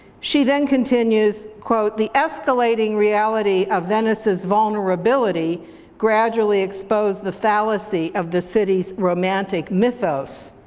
she then continues, quote, the escalating reality of venice's vulnerability gradually exposed the fallacy of the city's romantic mythos.